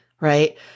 Right